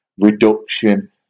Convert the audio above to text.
reduction